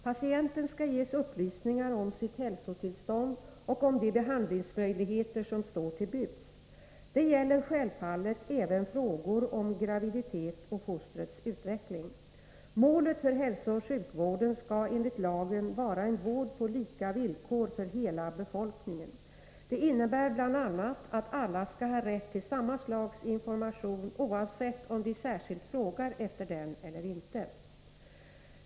Patienten skall ges upplysningar om sitt hälsotillstånd och om de behandlingsmöjligheter som står till buds. Det gäller självfallet även frågor om graviditet och fostrets utveckling. Målet för hälsooch sjukvården skall enligt lagen vara en vård på lika villkor för hela befolkningen. Det innebär bl.a. att alla skall ha rätt till samma slags information, oavsett om de särskilt frågar efter den eller inte.